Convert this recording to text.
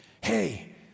Hey